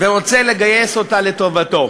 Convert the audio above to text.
ורוצה לגייס אותה לטובתו.